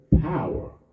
power